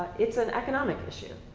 it's an economic issue.